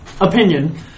opinion